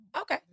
Okay